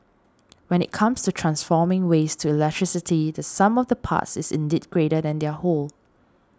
when it comes to transforming waste to electricity the sum of the parts is indeed greater than their whole